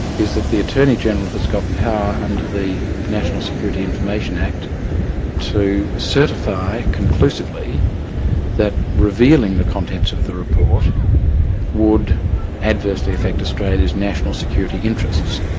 is that the attorney-general has got power under the national security information act to certify conclusively that revealing the contents of the report would adversely affect australia's national security interests.